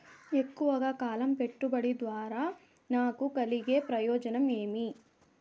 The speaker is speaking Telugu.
ఎక్కువగా కాలం పెట్టుబడి ద్వారా నాకు కలిగే ప్రయోజనం ఏమి?